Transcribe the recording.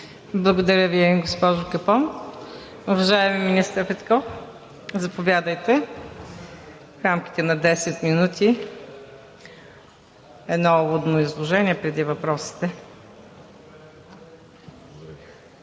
Благодаря Ви, госпожо Капон. Уважаеми министър Петков, заповядайте. В рамките на десет минути едно уводно изложение преди въпросите.